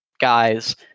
guys